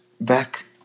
back